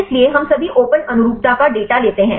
इसलिए हम सभी ओपन अनुरूपता का डेटा लेते हैं